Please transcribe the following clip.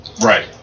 Right